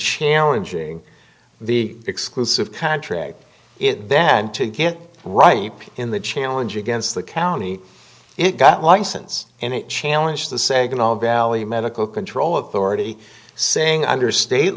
challenging the exclusive contract it then to get right in the challenge against the county it got license and challenge the sagan all valley medical control of the already saying under state